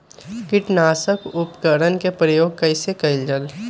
किटनाशक उपकरन का प्रयोग कइसे कियल जाल?